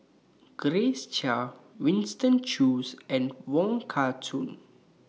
Grace Chia Winston Choos and Wong Kah Chun